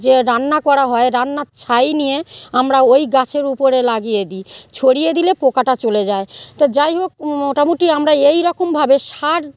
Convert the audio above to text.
যে রান্না করা হয় রান্নার ছাই নিয়ে আমরা ঐ গাছের উপরে লাগিয়ে দিই ছড়িয়ে দিলে পোকাটা চলে যায় তো যাই হোক মোটামুটি আমরা এই রকমভাবে সার